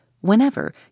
whenever